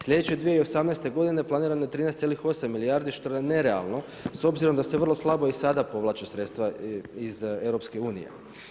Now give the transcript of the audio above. Sljedeće 2018. godine planirano je 13,8 milijardi što je nerealno s obzirom da se vrlo slabo i sada povlače sredstva iz Europske unije.